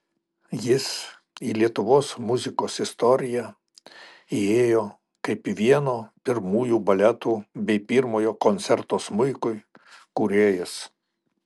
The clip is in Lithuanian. jis į lietuvos muzikos istoriją įėjo kaip vieno pirmųjų baletų bei pirmojo koncerto smuikui kūrėjas